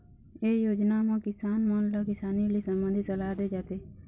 ए योजना म किसान मन ल किसानी ले संबंधित सलाह दे जाथे